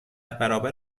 برابر